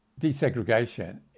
desegregation